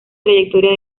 trayectoria